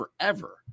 forever